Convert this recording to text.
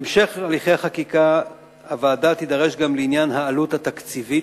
בהמשך הליכי החקיקה הוועדה תידרש גם לעניין העלות התקציבית,